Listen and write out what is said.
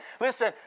Listen